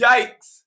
Yikes